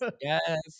yes